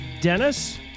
Dennis